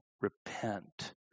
repent